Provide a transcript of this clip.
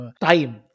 time